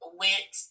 went